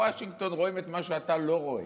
רואים את מה שאתה לא רואה.